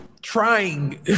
Trying